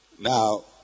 Now